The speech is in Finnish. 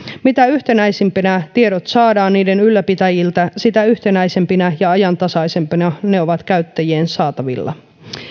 mitä yhtenäisempinä tiedot saadaan niiden ylläpitäjiltä sitä yhtenäisempinä ja ajantasaisempina ne ovat käyttäjien saatavilla